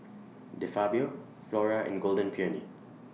De Fabio Flora and Golden Peony